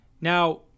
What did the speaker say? Now